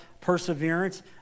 perseverance